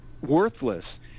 worthless